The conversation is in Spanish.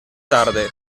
tarde